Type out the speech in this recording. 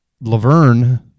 Laverne